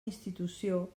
institució